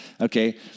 Okay